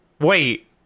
Wait